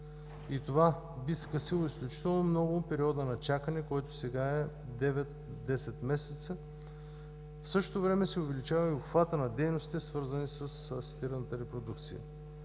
и това би скъсило изключително много периода на чакане, който сега е 9-10 месеца. В същото време се увеличава и обхватът на дейностите, свързани с асистираната репродукция.